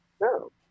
No